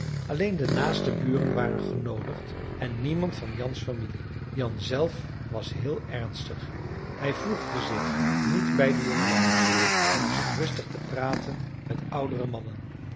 alleen de naaste buren waren genoodigd en niemand van jans familie jan zelf was heel ernstig hij voegde zich niet bij de jongelui maar zat rustig te praten met oudere mannen